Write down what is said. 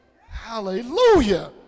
Hallelujah